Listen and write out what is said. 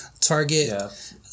Target